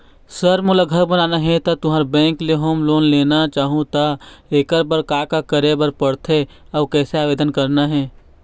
Sir मोला घर बनाना हे ता तुंहर बैंक ले होम लोन लेना चाहूँ ता एकर बर का का करे बर पड़थे अउ कइसे आवेदन करना हे?